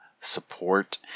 Support